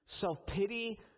self-pity